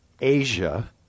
Asia